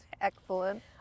excellent